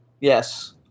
Yes